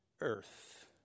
earth